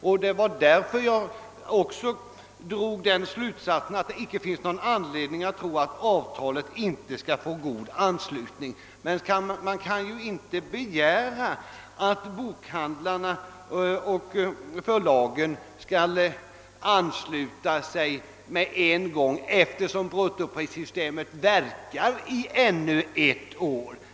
Det var också därför jag drog slutsatsen att det inte finns någon anledning att tro att avtalet inte skall få god anslutning. Man kan ju inte begära att bokhandlarna och förlagen skall ansluta sig med en gång, eftersom bruttoprissystemet verkar ytterligare ett år.